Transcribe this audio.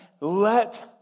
let